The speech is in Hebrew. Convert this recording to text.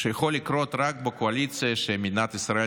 שיכול לקרות רק בקואליציה שמדינת ישראל